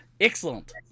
excellent